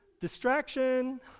Distraction